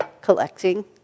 collecting